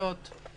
התבטאויות קשות,